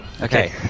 Okay